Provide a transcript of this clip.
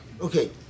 Okay